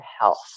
health